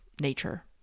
nature